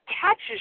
catches